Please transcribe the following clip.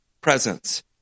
presence